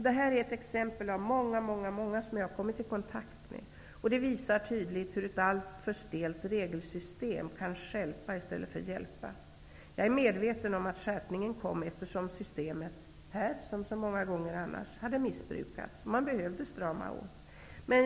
Det här är ett av många exempel som jag har kommit i kontakt med. Det visar tydligt hur ett alltför stelt regelsystem kan stjälpa i stället för hjälpa. Jag är medveten om att skärpningen infördes, eftersom systemet här, som så många gånger annars, hade missbrukats. Det behövde ske en åtstramning.